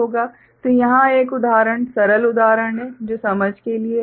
तो यहां एक उदाहरण सरल उदाहरण है जो समझ के लिए है